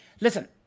Listen